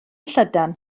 llydan